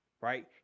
Right